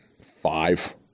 five